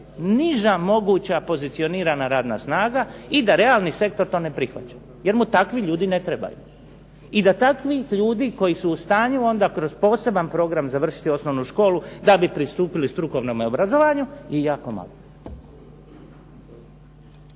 najniža moguća pozicionirana radna snaga i da realni sektor to ne prihvaća, jer mu takvi ljudi ne trebaju i da takvih ljudi koji su u stanju onda kroz poseban program završiti osnovnu školu da bi pristupili strukovnome obrazovanju je jako malo.